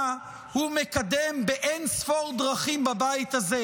הוא מקדם באין-ספור דרכים בבית הזה,